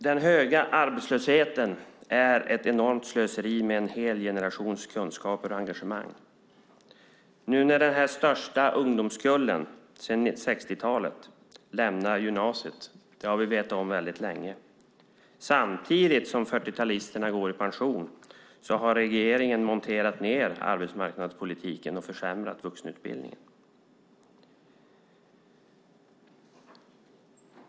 Den höga arbetslösheten är ett enormt slöseri med en hel generations kunskaper och engagemang. Vi har länge vetat att den största ungdomskullen sedan 60-talet skulle lämna gymnasiet samtidigt som 40-talisterna går i pension. Men regeringen har monterat ned arbetsmarknadspolitiken och försämrat vuxenutbildningen.